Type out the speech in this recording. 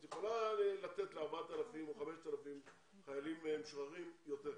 את יכולה לתת ל-4,000 או ל-5,000 חיילים משוחררים יותר כסף.